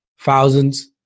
Thousands